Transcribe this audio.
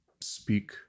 speak